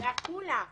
בעפולה